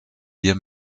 ihr